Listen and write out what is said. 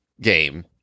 game